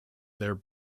their